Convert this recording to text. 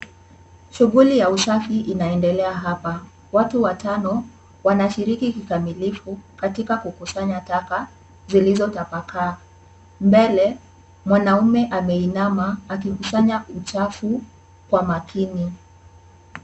Shughuli ya usafi inaendelea hapa. Watu watano wanashiriki kikamilifu katika kukusanya taka zilizotapakaa. Mbele mwanamume ameinama akikusanya uchafu kwa makini.